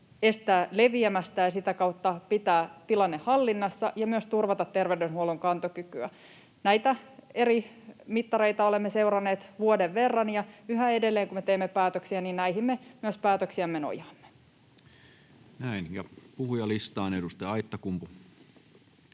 estää leviämästä, ja sitä kautta voitaisiin pitää tilanne hallinnassa ja myös turvata terveydenhuollon kantokykyä. Näitä eri mittareita olemme seuranneet vuoden verran, ja yhä edelleen, kun me teemme päätöksiä, näihin me myös päätöksiämme nojaamme. [Speech 132] Speaker: